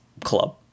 club